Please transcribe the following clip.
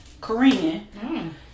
Korean